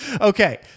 Okay